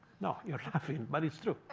no, you're laughing, but it's true.